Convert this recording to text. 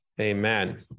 Amen